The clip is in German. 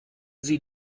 sie